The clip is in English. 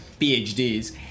PhDs